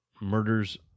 murders